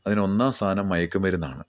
അതിന് ഒന്നാം സ്ഥാനം മയക്കു മരുന്നാണ്